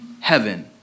heaven